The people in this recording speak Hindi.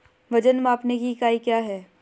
वजन मापने की इकाई क्या है?